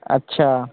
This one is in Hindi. अच्छा